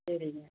சரிங்க